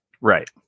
Right